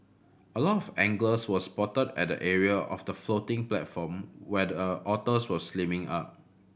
a lot of anglers were spotted at the area of the floating platform where the otters were swimming up